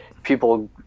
People